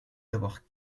d’avoir